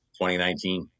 2019